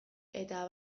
eta